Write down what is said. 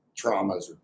traumas